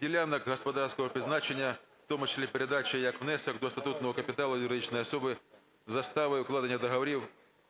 "Ділянок господарського призначення, в тому числі передачі як внесок до статутного капіталу юридичної особи заставою укладення договорів